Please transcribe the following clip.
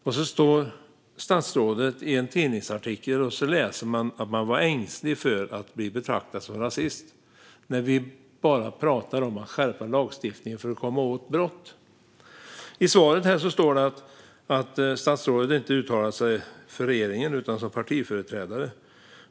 Och så står det att läsa i en tidningsartikel att statsrådet säger att man var ängslig för att bli betraktad som rasist - när vi bara pratar om att skärpa lagstiftningen för att komma åt brott. I interpellationssvaret står det att statsrådet inte uttalar sig för regeringen utan som partiföreträdare.